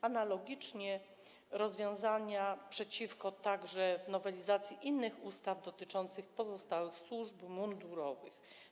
Analogicznie rozwiązania przewidziano także w nowelizacji innych ustaw dotyczących pozostałych służb mundurowych.